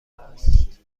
است